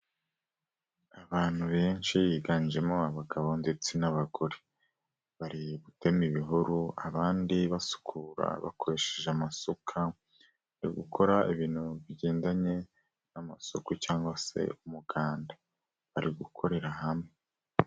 Abantu benshi biganjemo abagabo ndetse n'abagore. Bari gutema ibihuru, abandi basukura bakoresheje amasuka, yo gukora ibintu bigendanye n'amasuku cyangwa se umuganda. Bari gukorera hamwe.